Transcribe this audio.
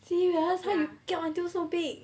serious why you kiap until so big